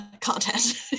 content